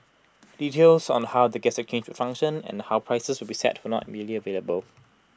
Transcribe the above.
details on how the gas exchange will function and how prices will be set were not immediately available